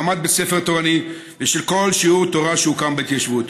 הקמת בית ספר תורני ועל כל שיעור תורה שהוקם בהתיישבות.